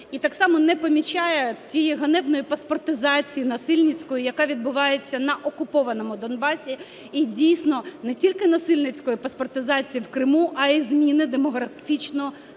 І так само не помічає тієї ганебної паспортизації насильницької, яка відбувається на окупованому Донбасі. І дійсно, не тільки насильницької паспортизації в Криму, а й зміни демографічного складу